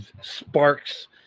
Sparks